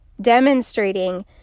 demonstrating